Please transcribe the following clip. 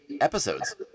episodes